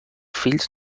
fills